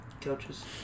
coaches